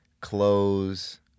clothes